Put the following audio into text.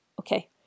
Okay